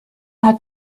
hat